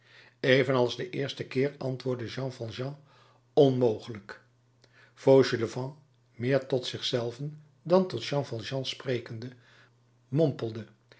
evenals den eersten keer antwoordde jean valjean onmogelijk fauchelevent meer tot zich zelven dan tot jean valjean sprekende